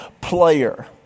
player